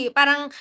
parang